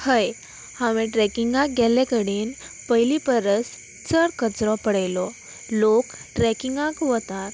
हय हांवें ट्रेकिंगाक गेल्ले कडेन पयली परस चड कचरो पळयलो लोक ट्रेकिंगाक वतात